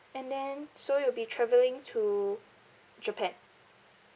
and then so you'll be travelling to japan